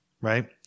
right